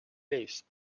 leest